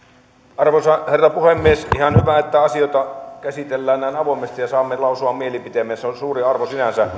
arvoisa herra puhemies ihan hyvä että asioita käsitellään näin avoimesti ja saamme lausua mielipiteemme se on suuri arvo sinänsä